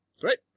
Great